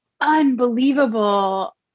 unbelievable